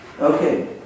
Okay